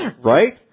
Right